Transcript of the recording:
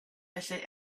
felly